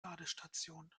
ladestation